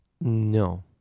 No